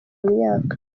myaka